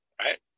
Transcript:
right